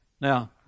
Now